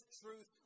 truth